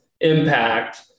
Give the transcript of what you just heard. impact